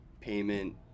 payment